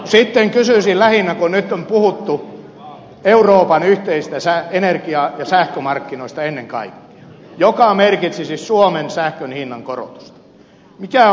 sitten kysyisin lähinnä kun nyt on puhuttu ennen kaikkea euroopan yhteisistä energia ja sähkömarkkinoista jotka merkitsisivät suomen sähkön hinnan korotusta